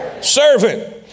Servant